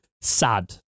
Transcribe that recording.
Sad